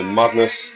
madness